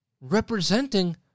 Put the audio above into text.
representing